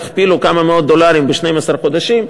תכפילו כמה מאות דולרים ב-12 חודשים,